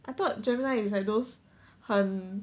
I thought gemini is like those 很